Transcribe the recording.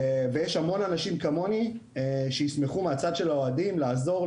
יש המון אנשים כמוני שישמחו מהצד של האוהדים לעזור,